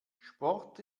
sport